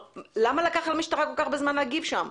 למה לקח למשטרה כל כך הרבה זמן להגיב שם?